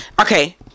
okay